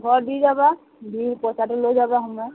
ঘৰত দি যাবা দি পইচাটো লৈ যাবা সোমাই